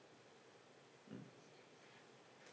mm